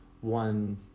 one